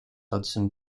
hudson